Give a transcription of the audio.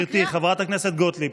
אני מקריאה, גברתי חברת הכנסת גוטליב.